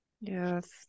Yes